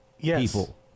people